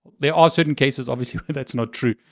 there are certain cases obviously where that's not true.